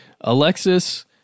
Alexis